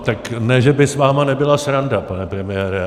Tak ne že by s vámi nebyla sranda, pane premiére.